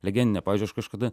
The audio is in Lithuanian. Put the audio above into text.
legendinę pavyzdžiui aš kažkada